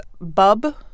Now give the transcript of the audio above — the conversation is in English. Bub